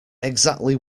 exactly